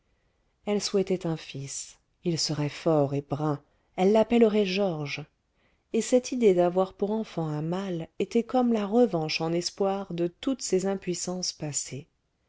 elle souhaitait un fils il serait fort et brun elle l'appellerait georges et cette idée d'avoir pour enfant un mâle était comme la revanche en espoir de toutes ses impuissances passées